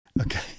Okay